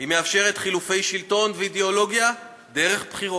היא מאפשרת חילופי שלטון ואידיאולוגיה דרך בחירות.